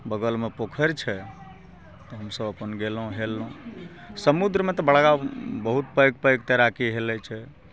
बगलमे पोखरि छै हमसब अपन गेलहुँ हेललहुँ समुद्रमे तऽ बड़ा बहुत पैघ पैघ तैराकी हेलय छै